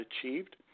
achieved